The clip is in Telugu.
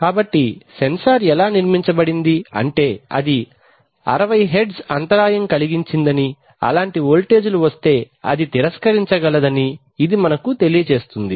కాబట్టి సెన్సార్ ఎలా నిర్మించబడింది అంటే అది 60హెర్ట్జ్ అంతరాయం కలిగించిందని అలాంటి వోల్టేజీలు వస్తే అది తిరస్కరించగలదని ఇది చెబుతుంది